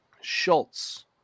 Schultz